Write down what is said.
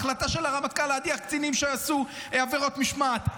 ההחלטה של הרמטכ"ל להדיח קצינים שעשו עבירות משמעת.